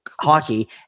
hockey